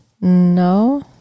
No